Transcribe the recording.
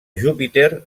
júpiter